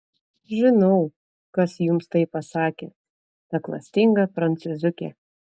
žinau kas jums tai pasakė ta klastinga prancūziuke